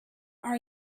are